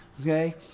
okay